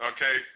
Okay